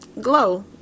glow